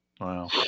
Wow